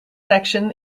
section